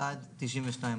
עכשיו ראיתם מה עשו.